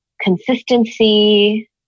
consistency